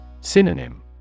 Synonym